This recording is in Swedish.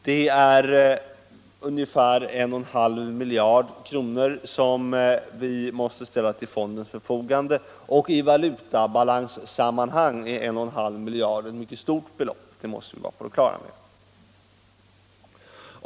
Det är ungefär 1,5 miljarder kronor som vi måste ställa till fondens förfogande, och i valutabalanssammanhang är 1,5 miljarder ett mycket stort belopp — det måste vi vara på det klara med.